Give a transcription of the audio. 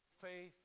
faith